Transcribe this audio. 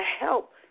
help